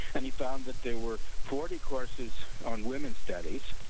and, they found that there were forty courses on women studies,